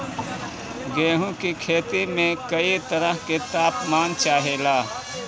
गेहू की खेती में कयी तरह के ताप मान चाहे ला